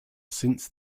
since